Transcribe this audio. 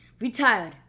retired